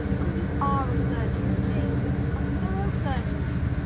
oh, you are a clergyman, james a thorough clergyman.